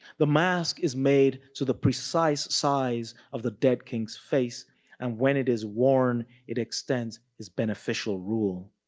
the mask is made to the precise size of the dead king's face and when it is worn, it extends his beneficial rule.